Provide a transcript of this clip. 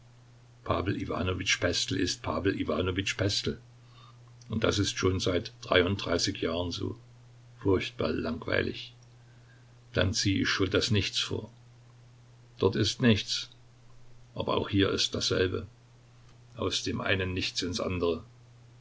ist pawel iwanowitsch pestel und das ist schon seit dreiunddreißig jahren so furchtbar langweilig dann ziehe ich schon das nichts vor dort ist nichts aber auch hier ist dasselbe aus dem einen nichts ins andere